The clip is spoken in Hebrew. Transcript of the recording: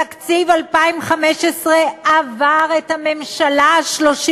תקציב 2015 עבר את הממשלה ה-33.